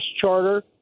charter